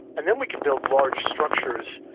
and then we can build large structures.